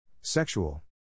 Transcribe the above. Sexual